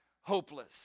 hopeless